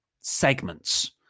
segments